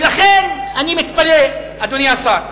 ולכן, אני מתפלא, אדוני השר.